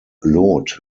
lot